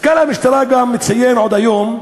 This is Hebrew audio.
מפכ"ל המשטרה מציין עוד, היום,